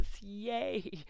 Yay